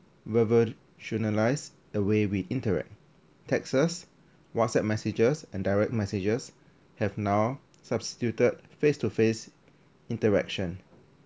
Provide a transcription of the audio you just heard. revolutionise the way we interact texts whatsapp messages and direct messages have now substituted face to face interaction